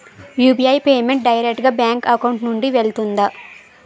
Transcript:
UPI payment direct గా bank account నుంచి వెళ్తుందా?